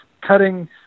cutting